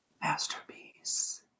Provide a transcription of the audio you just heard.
masterpiece